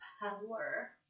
power